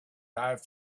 dive